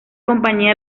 compañía